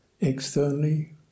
externally